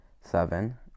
seven